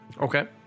okay